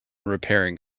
repairing